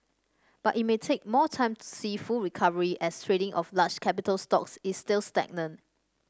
but it may take more time to see full recovery as trading of large capital stocks is still stagnant